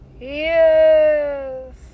Yes